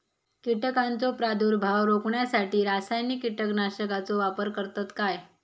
कीटकांचो प्रादुर्भाव रोखण्यासाठी रासायनिक कीटकनाशकाचो वापर करतत काय?